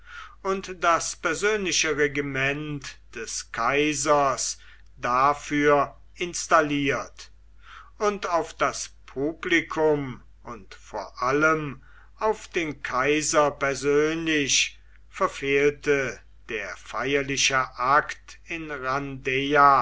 und das persönliche regiment des kaisers dafür installiert und auf das publikum und vor allem auf den kaiser persönlich verfehlte der feierliche akt in